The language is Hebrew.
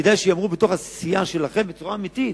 כדאי שייאמרו בסיעה שלכם בצורה אמיתית.